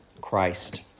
Christ